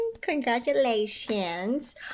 Congratulations